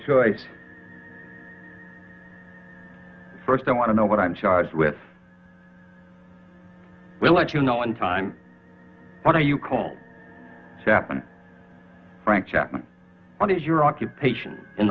choice first i want to know what i'm charged with we'll let you know in time what do you call to happen frank chapman what is your occupation in